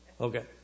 Okay